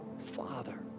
Father